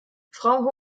frau